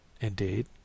Indeed